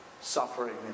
suffering